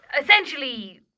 essentially